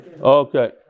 Okay